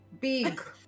big